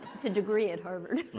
it's a degree at harvard.